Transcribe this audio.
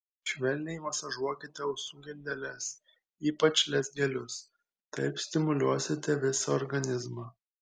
švelniai masažuokite ausų geldeles ypač lezgelius taip stimuliuosite visą organizmą